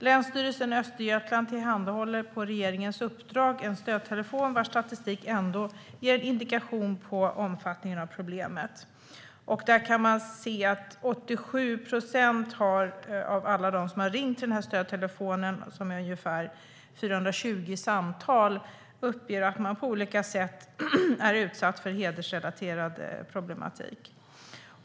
Länsstyrelsen Östergötland tillhandahåller på regeringens uppdrag en stödtelefon, och statistiken ger indikationer om omfattningen av problemet. Av den framgår att 87 procent av alla som ringt till stödtelefonen - totalt ungefär 420 samtal - uppger att de på olika sätt är utsatta för en hedersrelaterad problematik.